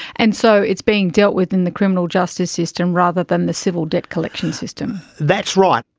and so it's being dealt with in the criminal justice system rather than the civil debt collection system? that's right.